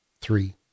Three